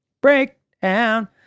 Breakdown